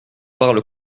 parle